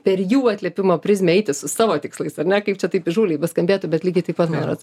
per jų atlėpimo prizmę eiti su savo tikslais ar ne kaip čia taip įžūliai beskambėtų bet lygiai taip pat man rods